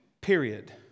Period